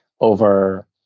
over